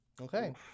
Okay